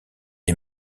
des